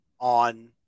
on